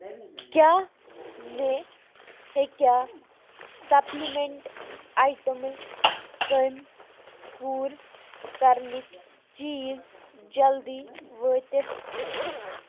کیٛاہ مےٚ ہیٚکیٛاہ سپلِمنٹ آیٹمٕز کٔمۍ پوٗرٕ کرنٕکۍ چیٖز جلدی وٲتِتھ